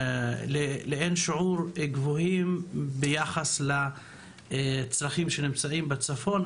גבוהים ביחס לצרכים בצפון.